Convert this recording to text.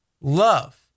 Love